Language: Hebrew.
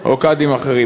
או קאדים מד'הב.